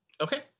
Okay